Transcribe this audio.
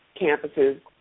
campuses